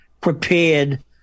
prepared